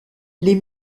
les